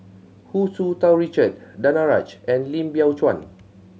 Hu Tsu Tau Richard Danaraj and Lim Biow Chuan